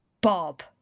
Bob